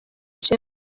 ishema